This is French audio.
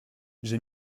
j’ai